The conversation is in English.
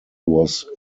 was